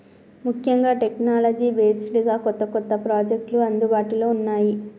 ముఖ్యంగా technology based గా కొత్త కొత్త ప్రాజెక్టులు అందుబాటులో ఉన్నాయి